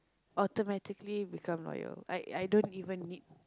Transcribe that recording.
automatically become loyal like I don't even need